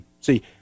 See